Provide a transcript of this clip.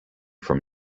from